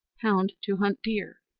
hound to hunt deer,